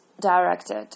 directed